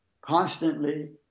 constantly